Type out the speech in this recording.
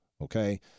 Okay